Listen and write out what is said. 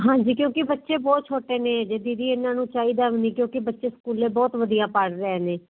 ਹਾਂਜੀ ਕਿਉਂਕਿ ਬੱਚੇ ਬਹੁਤ ਛੋਟੇ ਨੇ ਜਿਹਦੀ ਵੀ ਇਹਨਾਂ ਨੂੰ ਚਾਹੀਦਾ ਵੀ ਕਿਉਂਕਿ ਬੱਚੇ ਸਕੂਲੇ ਬਹੁਤ ਵਧੀਆ ਪੜ੍ਹ ਰਹੇ ਨੇ